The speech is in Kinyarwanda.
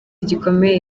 gikomeye